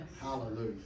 Hallelujah